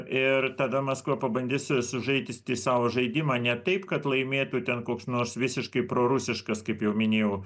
ir tada maskva pabandys su sužaisti savo žaidimą ne taip kad laimėtų ten koks nors visiškai prorusiškas kaip jau minėjau